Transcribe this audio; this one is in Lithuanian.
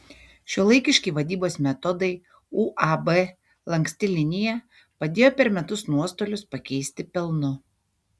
šiuolaikiški vadybos metodai uab lanksti linija padėjo per metus nuostolius pakeisti pelnu